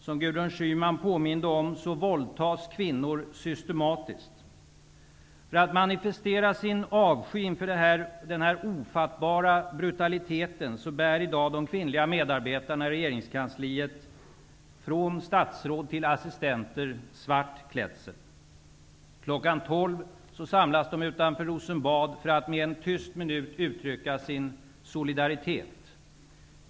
Som Gudrun Schyman påminde om våldtas kvinnor systematiskt. För att manifestera sin avsky inför denna ofattbara brutalitet bär i dag de kvinnliga medarbetarna i regeringskansliet, från statsråd till assistenter, svart klädsel. Kl. 12 kommer de att samlas utanför Rosenbad för att med en tyst minut uttrycka sin solidaritet.